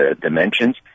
dimensions